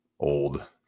old